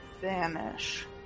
Vanish